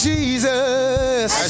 Jesus